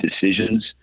decisions